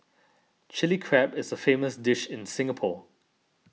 Chilli Crab is a famous dish in Singapore